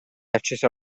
accese